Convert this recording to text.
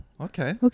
okay